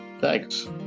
Thanks